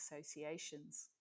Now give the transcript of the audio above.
associations